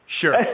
sure